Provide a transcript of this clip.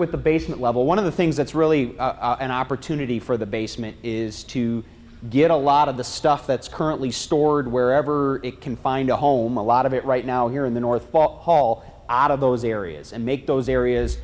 with the basement level one of the things that's really an opportunity for the basement is to get a lot of the stuff that's currently stored wherever it can find a home a lot of it right now here in the north wall all out of those areas and make those areas